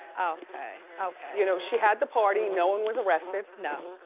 ah okay, okay. you know, she had the party, no one was arrested? no.